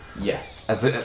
Yes